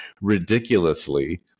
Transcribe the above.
ridiculously